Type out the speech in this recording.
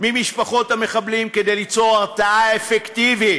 ממשפחות המחבלים כדי ליצור הרתעה אפקטיבית.